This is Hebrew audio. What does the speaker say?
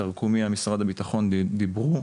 לגבי תרקומיא משרד הביטחון דיברו,